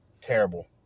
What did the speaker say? Terrible